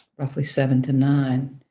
roughly seven to nine.